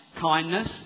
kindness